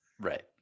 right